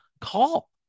call